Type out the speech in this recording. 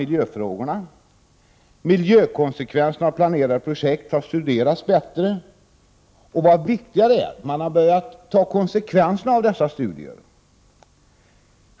Miljökonsekvenserna av planerade projekt har studerats bättre och, vad viktigare är, man har börjat ta konsekvenser av dessa studier.